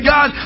God